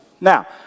Now